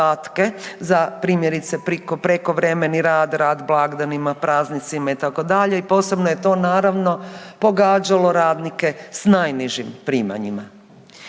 za primjerice prekovremeni rad, rad blagdanima, praznicima itd. i posebno je to naravno pogađalo radnike s najnižim primanjima.